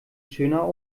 schöner